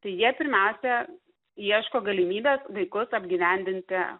tai jie pirmiausia ieško galimybės vaikus apgyvendinti